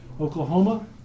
Oklahoma